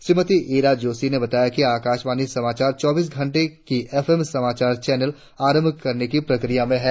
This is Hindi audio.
श्रीमती ईरा जोशी ने बताया कि आकाशवाणी समाचार चौबीसों घंटे का एफ एम समाचार चैनल आरंभ करने की प्रक्रिया में है